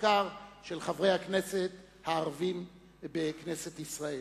בעיקר של חברי הכנסת הערבים בכנסת ישראל.